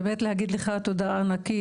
באמת להגיד לאייל תודה ענקית.